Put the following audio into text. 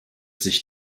sich